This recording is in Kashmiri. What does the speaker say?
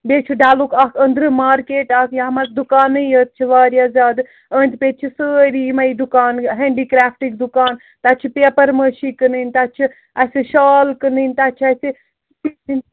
بیٚیہِ چھُ ڈَلُک اَکھ أنٛدرٕ مارکیٹ اَکھ یَتھ منٛز دُکانٕے یٲتۍ چھِ واریاہ زیادٕ أنٛدۍ پٔتۍ چھِ سٲری یِمَے دُکان ہینٛڈِکرٛافٹٕکۍ دُکان تَتہِ چھِ پیپَر مٲشی کٕنٕنۍ تَتہِ چھِ اَسہِ شال کٕنٕنۍ تَتہِ چھِ اَسہِ